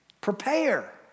Prepare